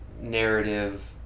narrative